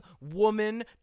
woman